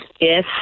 Yes